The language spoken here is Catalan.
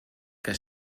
que